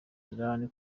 iran